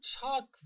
talk